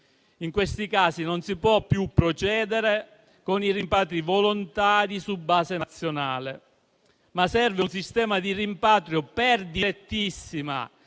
In questi casi non si può più procedere con i rimpatri volontari su base nazionale, ma serve un sistema di rimpatrio per direttissima,